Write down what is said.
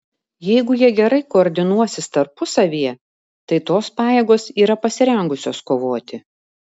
jeigu jie gerai koordinuosis tarpusavyje tai tos pajėgos yra pasirengusios kovoti